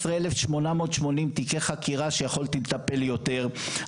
12,880 תיקי חקירה שיכולתי לטפל יותר,